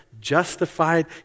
justified